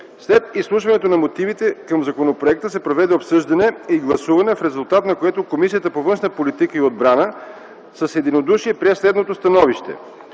След изслушването на мотивите към законопроекта се проведе обсъждане и гласуване, в резултат на което Комисията по външна политика и отбрана с единодушие прие следното становище: